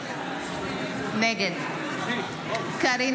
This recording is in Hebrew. נגד קארין